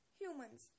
humans